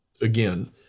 again